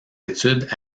études